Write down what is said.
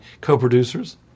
co-producers